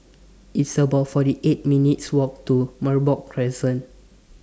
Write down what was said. It's about forty eight minutes' Walk to Merbok Crescent